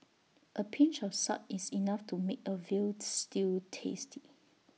A pinch of salt is enough to make A Veal Stew tasty